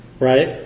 Right